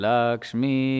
Lakshmi